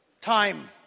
Time